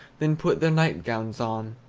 then put their nightgowns on.